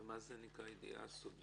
ומה זה נקרא "ידיעה סודית"?